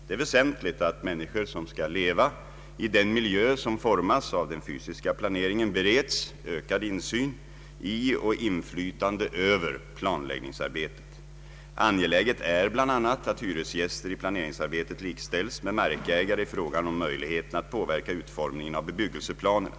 Det är väsentligt att människor som skall leva i den miljö som formas av den fysiska planeringen bereds ökad insyn i och inflytande över planläggningsarbetet. Angeläget är bl.a. att hyresgäster i planeringsarbetet likställs med markägare i fråga om möjligheten att påverka utformningen av bebyggelseplanerna.